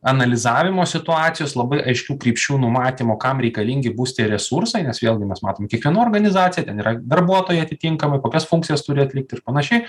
analizavimo situacijos labai aiškių krypčių numatymo kam reikalingi bus tie resursai nes vėlgi mes matom kiekviena organizacija ten yra darbuotojai atitinkamai kokias funkcijas turi atlikti ir panašiai